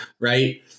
right